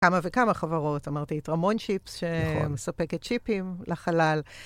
כמה וכמה חברות, אמרתי, את "רמון צ'יפס" שמספקת צ'יפים לחלל,